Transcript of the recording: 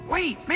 Wait